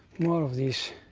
more of these